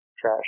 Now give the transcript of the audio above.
trash